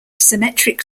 symmetric